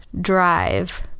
drive